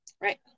Right